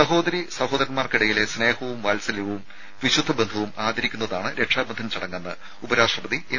സഹോദരീ സഹോദരന്മാർക്കിടയിലെ സ്നേഹവും വാത്സല്യവും വിശുദ്ധ ബന്ധവും ആദരിക്കുന്നതാണ് രക്ഷാബന്ധൻ ചടങ്ങെന്ന് ഉപരാഷ്ട്രപതി എം